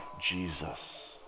Jesus